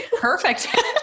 Perfect